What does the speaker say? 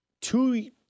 two